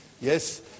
Yes